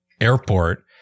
airport